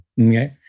Okay